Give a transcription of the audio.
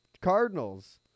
Cardinals